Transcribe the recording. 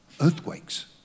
Earthquakes